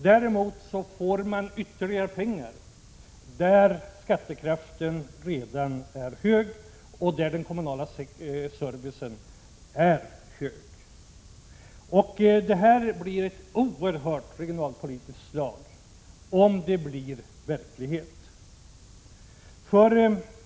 Däremot får de kommuner där skattekraften redan är hög och där även den kommunala servicen är hög ytterligare pengar. Det blir ett oerhört regionalpolitiskt slag, om det förslaget blir verklighet.